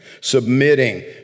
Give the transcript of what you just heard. submitting